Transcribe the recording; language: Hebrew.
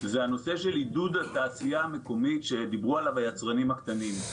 זה הנושא של עידוד התעשייה המקומית שדיברו עליו היצרנים הקטנים.